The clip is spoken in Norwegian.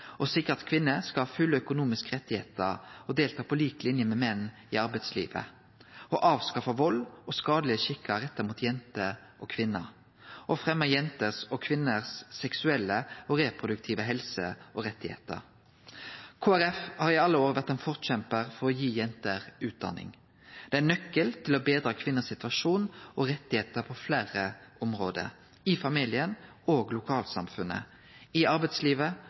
fulle økonomiske rettar og deltaking på lik linje med menn i arbeidslivet å avskaffe vald og skadelege skikkar retta mot jenter og kvinner å fremje den seksuelle og reproduktive helsa og rettane til jenter og kvinner Kristeleg Folkeparti har i alle år vore ein forkjempar for å gi jenter utdanning. Det er ein nøkkel til å betre situasjonen og rettane til kvinner på fleire område – i familien og i lokalsamfunnet, i arbeidslivet